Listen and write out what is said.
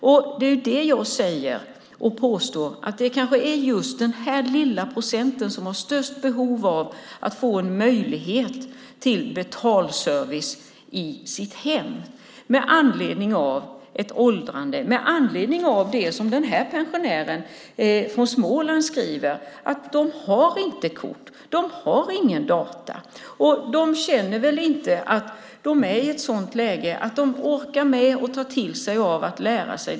Jag påstår att det kanske är just denna lilla andel som har störst behov av att få möjlighet till betalservice i sitt hem beroende på åldrandet eller på det som pensionären från Småland skriver, nämligen att de inte har kort och inte har dator. De känner kanske inte att de orkar lära sig detta nya.